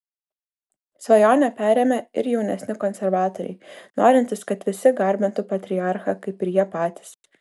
svajonę perėmė ir jaunesni konservatoriai norintys kad visi garbintų patriarchą kaip ir jie patys